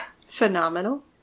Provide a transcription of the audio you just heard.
phenomenal